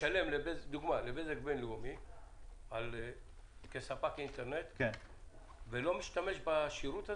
משלם לבזק בינלאומי כספק אינטרנט ולא משתמש בשירות הזה?